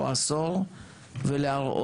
או עשור ולהראות,